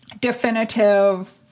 definitive